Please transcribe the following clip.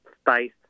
space